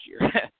year